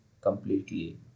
completely